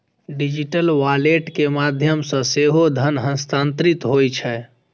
digital wallet के माध्यम सं सेहो धन हस्तांतरित होइ छै